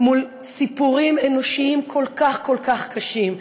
מול סיפורים אנושיים כל כך כל כך קשים,